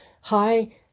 hi